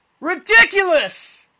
Ridiculous